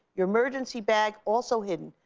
your emergency bag also hidden,